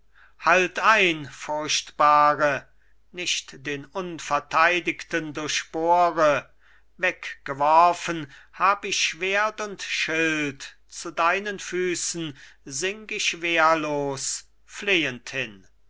halt ein furchtbare nicht den unverteidigten durchbohre weggeworfen hab ich schwert und schild zu deinen füßen sink ich wehrlos flehend hin